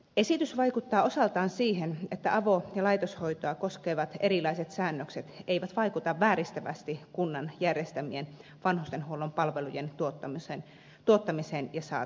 esitys vaikuttaa osaltaan siihen että avo ja laitoshoitoa koskevat erilaiset säännökset eivät vaikuta vääristävästi kunnan järjestämien vanhustenhuollon palvelujen tuottamiseen ja saatavuuteen